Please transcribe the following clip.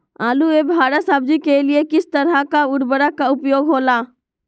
आलू एवं हरा सब्जी के लिए किस तरह का उर्वरक का उपयोग होला?